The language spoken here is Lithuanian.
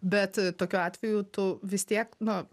bet tokiu atveju tu vis tiek nu